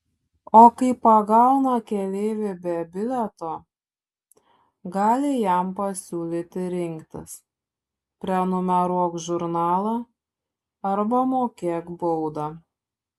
o kai pagauna keleivį be bilieto gali jam pasiūlyti rinktis prenumeruok žurnalą arba mokėk baudą